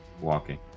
Walking